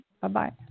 bye-bye